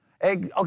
Okay